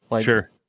Sure